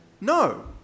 No